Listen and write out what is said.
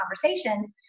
conversations